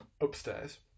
upstairs